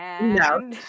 No